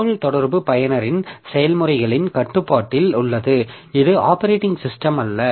தகவல்தொடர்பு பயனரின் செயல்முறைகளின் கட்டுப்பாட்டில் உள்ளது இது ஆப்பரேட்டிங் சிஸ்டம் அல்ல